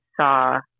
saw